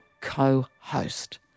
co-host